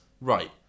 Right